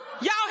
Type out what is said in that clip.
Y'all